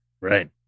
right